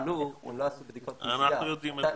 שחלו, הם לא עשו בדיקות PCR. אנחנו יודעים את זה.